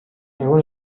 egon